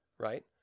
right